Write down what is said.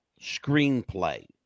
screenplay